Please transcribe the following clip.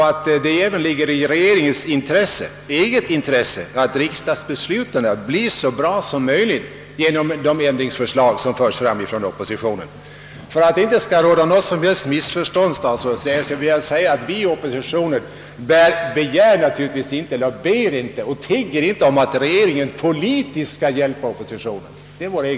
Det borde även ligga i regeringens eget intresse att riksdagsbesluten blir så bra som möjligt genom de ändringsförslag som framföres från oppositionen. För att det inte skall råda något missförstånd mellan statsrådet Geijer och mig, vill jag tillägga att vi inom oppositionen naturligtvis inte vare sig begär eller tigger om att regeringen politiskt skall hjälpa oss. Det är vår sak.